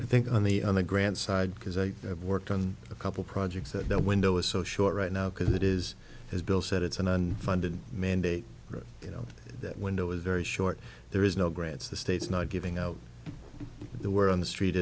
i think on the other grand side because i have worked on a couple projects that the window is so short right now because it is as bill said it's an unfunded mandate that you know that window is very short there is no grants the states not giving out there were on the street